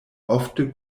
ofte